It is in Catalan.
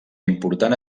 important